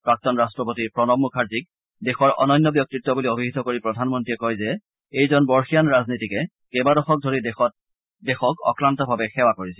প্ৰাক্তন ৰাট্টপতি প্ৰণৱ মুখাৰ্জীক দেশৰ অনন্য ব্যক্তিত্ব বুলি অভিহিত কৰি প্ৰধানমন্ত্ৰীয়ে কয় যে এইজন বৰ্ষীয়ান ৰাজনৈতিকে কেইবাদশক ধৰি দেশক অক্লান্তভাৱে সেৱা কৰিছিল